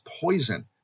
poison